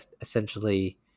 essentially